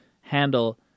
handle